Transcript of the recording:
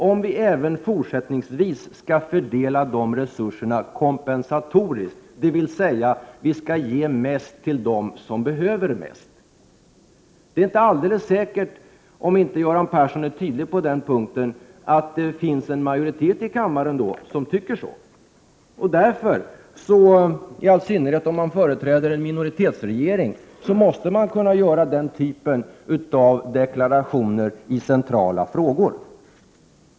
Skall vi även fortsättningsvis fördela de resurserna kompensatoriskt, dvs. ge mest till dem som behöver mest? Det är inte alldeles säkert, om inte Göran Persson är tydlig på den punkten, att det finns en majoritet i kammaren som tycker så. I all synnerhet om man företräder en minoritetsregering måste man kunna göra den typen av deklarationer i centrala frågor.